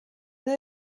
they